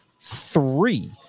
three